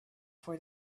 for